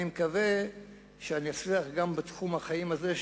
אני מקווה שגם בתחום החיים הזה,